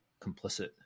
complicit